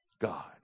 God